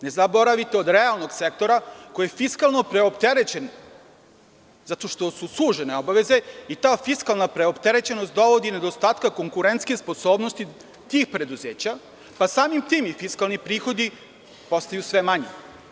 Ne zaboravite, od realnog sektora, koji je fiskalno preopterećen, zato što su sužene obaveze i ta fiskalna preopterećenost dovodi do nedostatka konkurentske sposobnosti tih preduzeća, pa samim tim i fiskalni prihodi postaju sve manji.